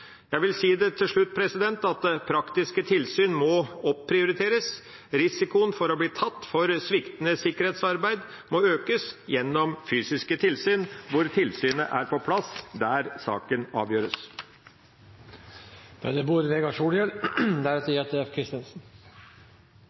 Jeg vil si til slutt at praktiske tilsyn må opprioriteres. Risikoen for å bli tatt for sviktende sikkerhetsarbeid må økes gjennom fysiske tilsyn hvor tilsynet er på plass der saken avgjøres.